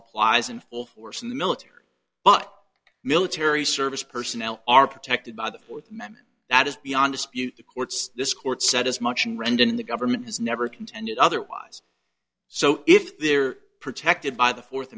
applies in full force in the military but military service personnel are protected by the fourth member that is beyond dispute the courts this court said as much in rent in the government has never contended otherwise so if they're protected by the fourth